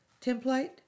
Template